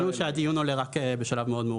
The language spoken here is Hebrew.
הבנו שהדיון עולה רק בשלב מאוד מאוחר.